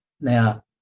Now